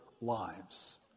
lives